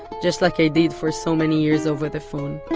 just like i did for so many years over the phone.